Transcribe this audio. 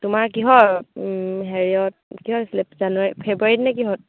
তোমাৰ কিহৰ হেৰিয়ত কিহত হৈছিলে জানুৱাৰী ফেব্ৰুৱাৰীতনে কিহত